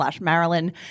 Marilyn